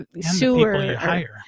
sewer